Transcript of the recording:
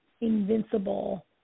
invincible